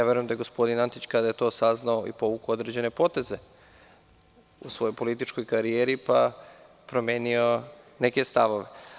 Verujem da je gospodin Antić, kada je to saznao, povukao određene poteze u svojoj političkoj karijeri, pa promenio neke stavove.